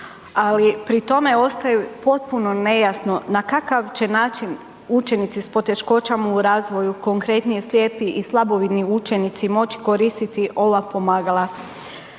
ali pri tome ostaju potpuno nejasno na kakav će način učenici s poteškoćama u razvoju, konkretnije slijepi i slabovidni učenici moći koristiti ova pomagala?